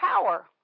power